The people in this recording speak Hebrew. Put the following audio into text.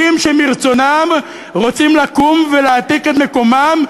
שמרצונם רוצים לקום ולהעתיק את מקומם,